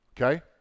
Okay